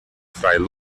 fray